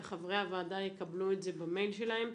וחברי הוועדה יקבלו את זה במייל שלהם,